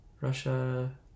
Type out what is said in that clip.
Russia